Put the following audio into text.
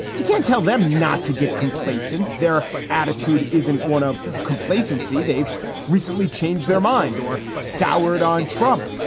you can't tell them not to get complacent. their attitude isn't one of complacency. they've recently changed their mind or soured on trump.